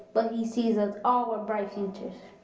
but he sees us all with bright futures.